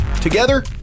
Together